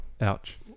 Ouch